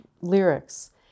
lyrics